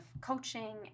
coaching